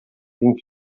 den